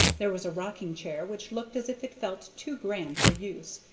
there was a rocking-chair which looked as if it felt too grand for use,